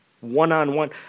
one-on-one